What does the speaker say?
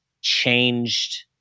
changed